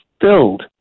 filled